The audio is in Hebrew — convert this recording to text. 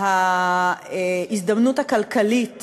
ההזדמנות הכלכלית